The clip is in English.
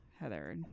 Heather